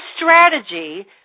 strategy